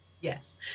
Yes